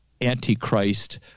Antichrist